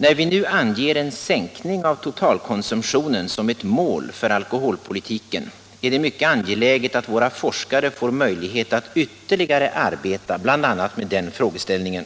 När vi nu anger en sänkning av totalkonsumtionen som ett mål för alkoholpolitiken är det mycket angeläget att våra forskare får möjlighet att ytterligare arbeta bl.a. med denna frågeställning.